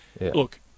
look